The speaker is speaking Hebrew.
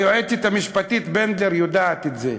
והיועצת המשפטית בנדלר יודעת את זה,